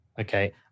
Okay